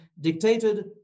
dictated